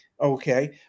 okay